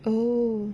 oh